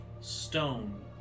stone